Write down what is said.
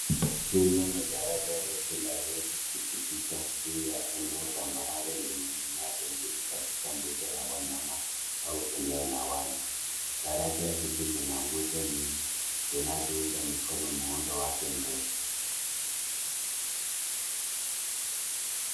Hili ni daraja refu la reli likipita juu ya eneo tambarare lenye mimea pengine katika mbuga ya wanyama au eneo la wazi Daraja hili lina nguzo nyingi zinazounga mikono muundo wake mrefu.